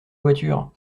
voiture